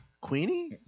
Queenie